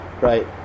Right